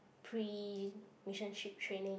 pre mission trip training